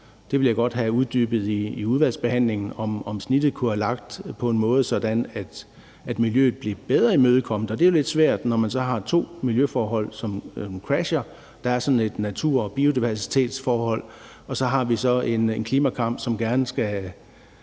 Der vil jeg godt have uddybet i udvalgsbehandlingen, om snittet kunne lægges på en måde, sådan at miljøet bliver bedre imødekommet. Og det er jo lidt svært, når man har to miljøforhold, som crasher. Der er sådan et natur- og biodiversitetsforhold, og så har vi en klimakamp, som resulterer